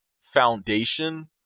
foundation